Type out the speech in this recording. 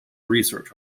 research